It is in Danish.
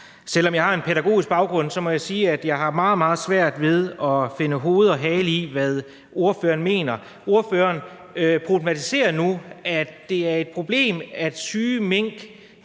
Selv om jeg har en pædagogisk baggrund, må jeg sige, at jeg har meget, meget svært ved at finde hoved og hale i, hvad ordføreren mener. Ordføreren problematiserer nu ved at sige, at det er et problem, at syge mink